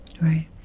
Right